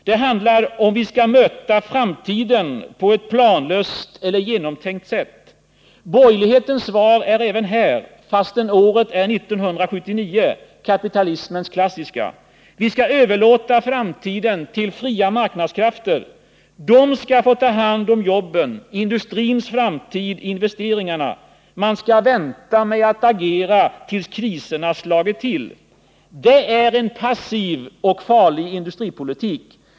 Det handlar om huruvida vi skall möta framtiden på ett planlöst eller genomtänkt sätt. Borgerlighetens svar är även här — fastän året är 1979 — kapitalismens klassiska. Vi skall överlåta framtiden till ”de fria marknadskrafterna”. De skall få ta hand om jobben, industrins framtid, investeringarna. Man skall vänta med att agera tills kriserna slagit till. Det är en passiv och farlig industripolitik.